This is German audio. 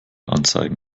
anzeigen